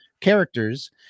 characters